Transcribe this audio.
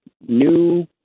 new